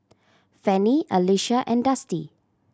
Fanny Alysha and Dusty